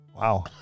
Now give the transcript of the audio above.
Wow